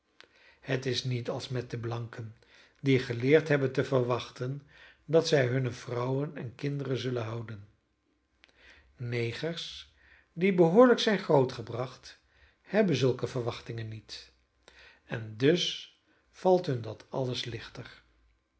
het is niet als met de blanken die geleerd hebben te verwachten dat zij hunne vrouwen en kinderen zullen houden negers die behoorlijk zijn grootgebracht hebben zulke verwachtingen niet en dus valt hun dat alles lichter